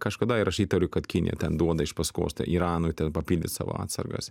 kažkada ir aš įtariu kad kinija ten duoda iš paskos ten iranui ten papildyt savo atsargas